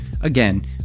Again